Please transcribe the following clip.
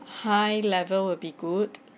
high level will be good